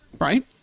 right